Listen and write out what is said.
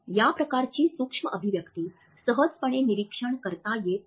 या प्रकारची सूक्ष्म अभिव्यक्ती सहजपणे निरीक्षण करता येत नाही